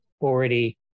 already